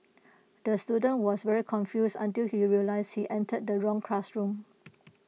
the student was very confused until he realised he entered the wrong classroom